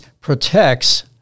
protects